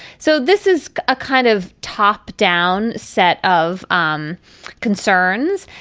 so this is a kind of top down set of um concerns.